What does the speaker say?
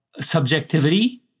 subjectivity